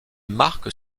marques